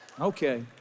Okay